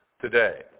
today